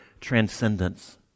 transcendence